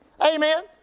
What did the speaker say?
Amen